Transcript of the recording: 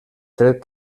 tret